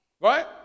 Right